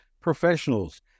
Professionals